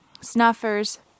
snuffers